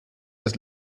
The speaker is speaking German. des